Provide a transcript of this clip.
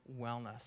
wellness